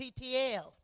PTL